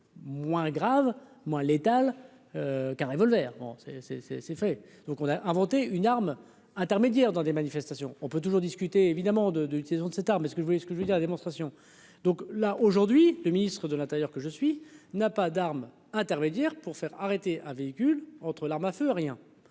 moins grave, moins létal car Revolver, bon c'est c'est c'est c'est fait, donc on a inventé une arme intermédiaire dans des manifestations, on peut toujours discuter évidemment de de une saison de cette arme, ce que vous voyez ce que je veux dire la démonstration donc là aujourd'hui le ministre de l'Intérieur, que je suis n'a pas d'arme intermédiaire pour faire arrêter un véhicule entre l'arme à feu rien.